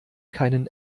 keinen